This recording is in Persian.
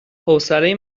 حوصله